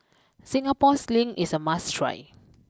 Singapore sling is a must try